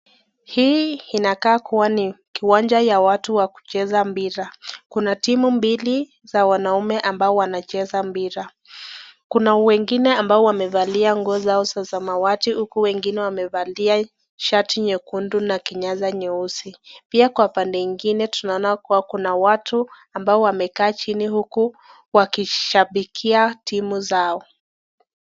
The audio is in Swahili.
Hii inakaa kuwa ni kiwanja ya watu wa kucheza mpira, Kuna timu mbili za wanaume ambao wanacheza mpira. Kuna wengine ambao wamevalia nguo zao za zamawati huku wengine wamevalia shati nyekundu na kinyasa nyeusi. Pia Kwa pande ingine tunaona kuwa kuna watu ambao wamekaa chini huku wakishabikia timu zao.